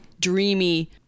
dreamy